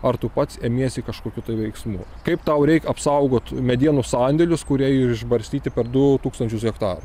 ar tu pats imiesi kažkokių veiksmų kaip tau reik apsaugot medienų sandėlius kurie išbarstyti per du tūkstančius hektarų